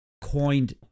coined